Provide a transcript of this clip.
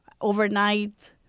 overnight